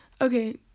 okay